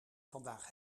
vandaag